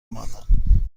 مانم